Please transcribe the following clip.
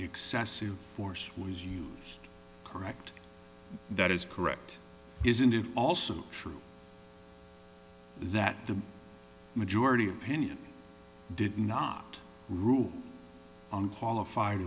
excessive force was use correct that is correct isn't it also true that the majority opinion did not rule on qualified